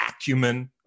acumen